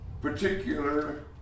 particular